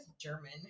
German